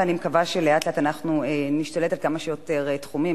ואני מקווה שלאט-לאט אנחנו נשתלט על כמה שיותר תחומים,